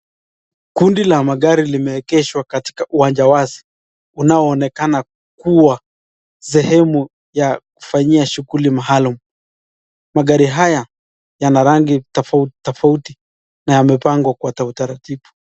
Kundi la magari limeegeshwa katika uwanja wazi unaonekana kuwa sehemu ya kufanyia shughuli maalum. Magari haya yana rangi tofauti tofauti na yamepangwa kwa utaratibu.